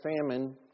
famine